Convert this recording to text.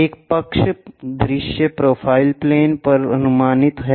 एक पक्ष दृश्य प्रोफ़ाइल प्लेन पर अनुमानित है